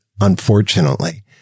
unfortunately